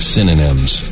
Synonyms